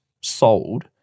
sold